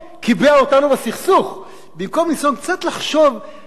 במקום ניסיון קצת לחשוב חשיבה יצירתית אחרת ולהוציא אותנו משם.